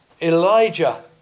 Elijah